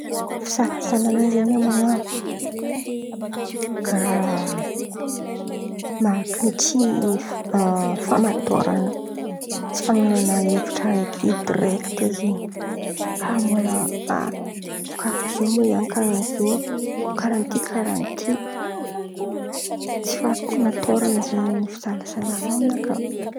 Fisalasalan̈a zen̈y amin̈ahy, karàha mariky ny tsy famatôran̈a, tsy fanan̈ana hevitry raiky direkity zen̈y amy raha karaha ziô na karaha ziô, karàha ty karàha ty, tsy famatôran̈a zen̈y fisalasalan̈a amy nakà.